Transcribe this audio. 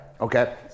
Okay